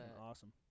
awesome